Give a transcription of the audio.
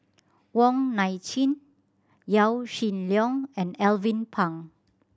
Wong Nai Chin Yaw Shin Leong and Alvin Pang